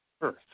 earth